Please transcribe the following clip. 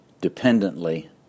dependently